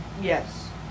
Yes